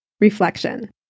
reflection